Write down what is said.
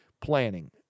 Planning